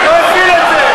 הוא לא הפעיל את זה.